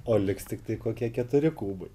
o liks tiktai kokie keturi kubai